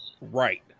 Right